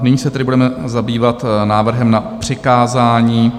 Nyní se tedy budeme zabývat návrhem na přikázání.